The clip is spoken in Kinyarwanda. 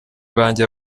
banjye